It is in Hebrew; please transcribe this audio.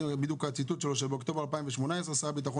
זה בדיוק הציטוט שלו: 'באוקטובר 2018 שר הביטחון